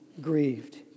grieved